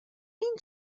این